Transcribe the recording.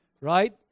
right